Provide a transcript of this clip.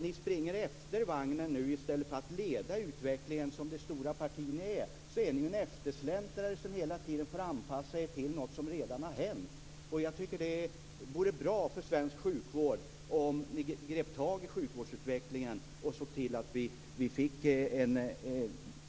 Ni springer efter vagnen i stället för att leda utvecklingen. Trots att ni är ett stort parti, är ni eftersläntrare som hela tiden får anpassa er till någonting som redan har hänt. Jag tycker att det vore bra för svensk sjukvård om ni grep tag i sjukvårdsutvecklingen och såg till att den